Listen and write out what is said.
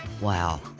Wow